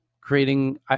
Creating